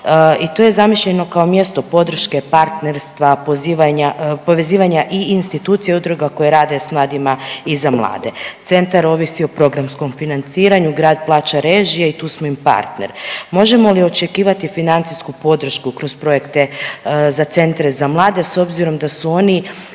i to je zamišljeno kao mjesto podrške, partnerstva, pozivanja, povezivanja i institucija i udruga koje rade s mladima i za mlade. Centar ovisi o programskom financiranju, grad plaća režije i tu smo im partner. Možemo li očekivati financijsku podršku kroz projekte za centre za mlade s obzirom da su oni